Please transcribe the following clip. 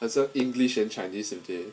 that's why english then chinese okay